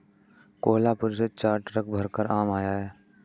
कोहलापुर से चार ट्रक भरकर आम आया है